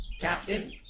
Captain